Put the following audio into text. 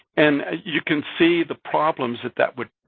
and you can see the problems that that would,